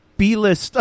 B-list